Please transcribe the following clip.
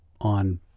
on